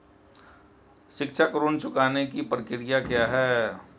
शिक्षा ऋण चुकाने की प्रक्रिया क्या है?